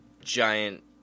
giant